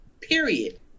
period